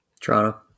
Toronto